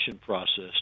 process